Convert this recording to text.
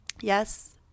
Yes